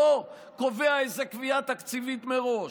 לא קובע איזו קביעה תקציבית מראש,